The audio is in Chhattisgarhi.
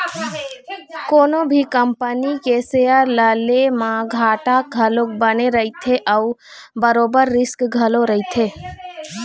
कोनो भी कंपनी के सेयर ल ले म घाटा घलोक बने रहिथे अउ बरोबर रिस्क घलोक रहिथे